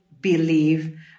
believe